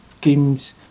games